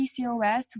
PCOS